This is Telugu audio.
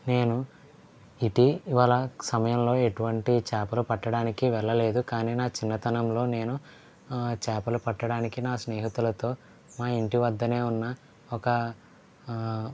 నేను ఇటీవల సమయంలో ఎటువంటి చేపలు పట్టడానికి వెళ్ళలేదు కానీ నా చిన్నతనంలో నేను చేపలు పట్టడానికి నా స్నేహితులతో మా ఇంటి వద్ద ఉన్న ఒక